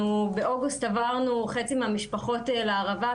באוגוסט עברנו חצי מהמשפחות לערבה,